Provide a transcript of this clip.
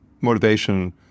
motivation